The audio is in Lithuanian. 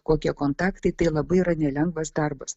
kokie kontaktai tai labai yra nelengvas darbas